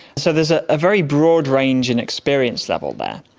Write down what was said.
so there's a ah very broad range in experience level there,